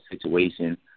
situation